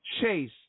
chase